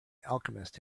alchemist